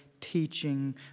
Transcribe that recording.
teaching